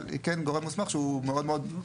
אבל היא כן גורם מוסמך שהוא מאוד מאוד,